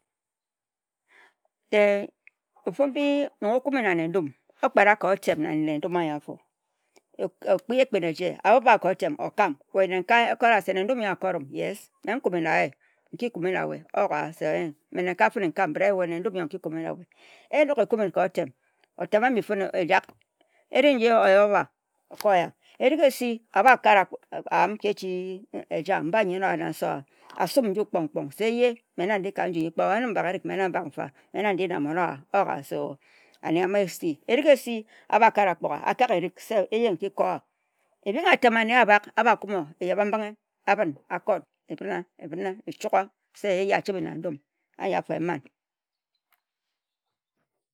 Ofu-m-bi oku-ma-na-ne-dum, o-kpet-a-ka-otem na-ne-dum a-yo-a-fo okpi-a-ekpin-eje, a-beb-wa-ka o-tem, o-kam. We nenkae, o-bu-ne-ndum-en-chan-ne a-ko-ru wa, okam na ye. Se nki kum e-na-we. Me nenkae n-kam se we n-ki kume na-we. Enok e-kume ka-otem, erie n-ji oya oba, nki. Erik esi a-ba kare aǝm mba nyen-owa na nse-owa, asum nju se me na n-di na mon owa. Kpe o-yen-am bak erik, me na-m-bak-n-fa ka me na n-di na mon-owa o-bu erik esi, a-ba kare a kpok-gha se n-ki ko-wa e-bing a-tem anne a-bak a-ba faghe na-wut ka oyeba-mbing e-dik-e-t wok se e-yeh a-ko n-dum, a-ko n-kae.